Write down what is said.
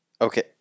Okay